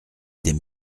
des